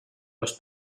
los